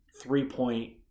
three-point